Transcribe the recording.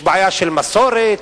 יש בעיה של מסורת,